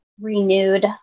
renewed